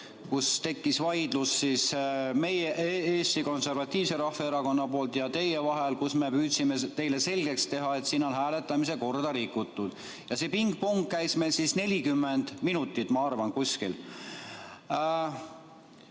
ning tekkis vaidlus meie, Eesti Konservatiivse Rahvaerakonna ja teie vahel. Me püüdsime teile selgeks teha, et siin on hääletamise korda rikutud. Ja see pingpong käis meil umbes 40 minutit, ma arvan.